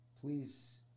Please